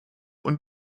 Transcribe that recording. und